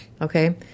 okay